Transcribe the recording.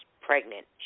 pregnant